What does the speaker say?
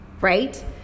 right